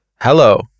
hello